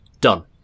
done